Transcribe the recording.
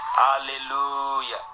hallelujah